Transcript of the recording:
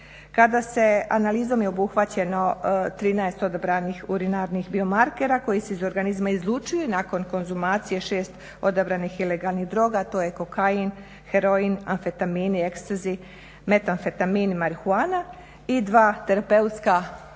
Zagreba. Analizom je obuhvaćeno 13 odabranih urinarnih biomarkera koji se iz organizma izlučuje nakon konzumacije 6 odabranih ilegalnih droga to je kokain, heroin, amfetamini, ekstazi, matamfetamin, marihuana i dva terapeutska